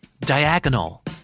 Diagonal